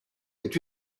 est